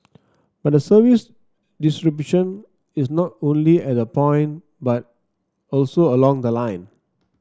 but the service disruption is not only at the point but also along the line